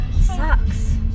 Sucks